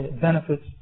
benefits